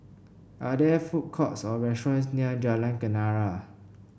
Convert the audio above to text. are there food courts or restaurants near Jalan Kenarah